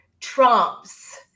trumps